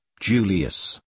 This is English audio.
Julius